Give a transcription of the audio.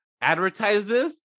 advertises